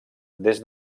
des